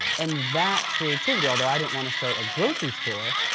and that creativity, although i didn't wanna start a grocery store,